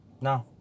No